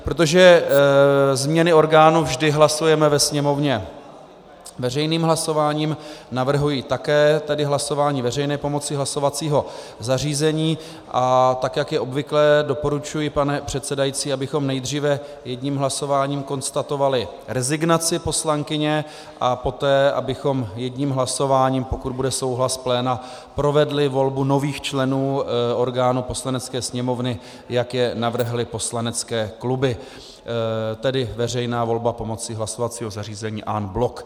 Protože změny orgánů vždy hlasujeme ve Sněmovně veřejným hlasováním, navrhuji také hlasování veřejné pomocí hlasovacího zařízení, a tak jak je obvyklé, doporučuji, pane předsedající, abychom nejdříve jedním hlasováním konstatovali rezignaci poslankyně a poté abychom jedním hlasováním, pokud bude souhlas pléna, provedli volbu nových členů orgánů Poslanecké sněmovny, jak je navrhly poslanecké kluby, tedy veřejná volba pomocí hlasovacího zařízení en bloc.